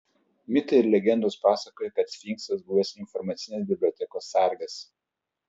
mitai ir legendos pasakoja kad sfinksas buvęs informacinės bibliotekos sargas